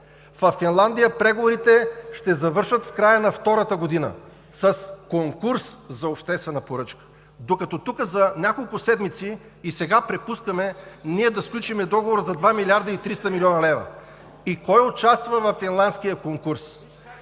Във Финландия преговорите ще завършат в края на втората година с конкурс за обществена поръчка, докато тук – за няколко седмици, и сега препускаме да сключим договор за 2 млрд. 300 млн. лв. И във финландския конкурс